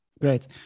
Great